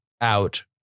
out